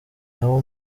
n’abo